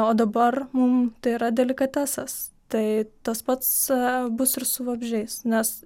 o dabar mum tai yra delikatesas tai tas pats bus ir su vabzdžiais nes